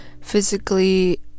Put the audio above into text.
physically